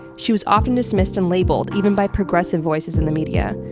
she was often dismissed and labeled, even by progressive voices in the media.